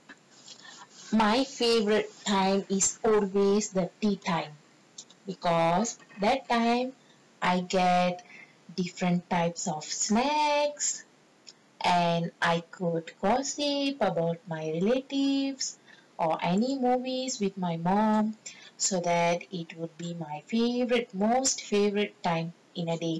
my favourite time is always that tea time because that time I get different types of snacks and I could gossip about my relatives or any movies with my mum so that it would be my favourite most favourite time in the day